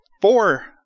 four